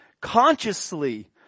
consciously